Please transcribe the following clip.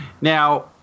Now